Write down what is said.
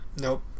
Nope